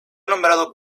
nombrado